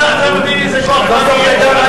מי נגד?